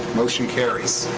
motion carries.